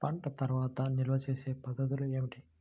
పంట తర్వాత నిల్వ చేసే పద్ధతులు ఏమిటి?